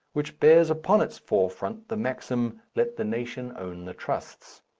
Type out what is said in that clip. which bears upon its forefront the maxim, let the nation own the trusts.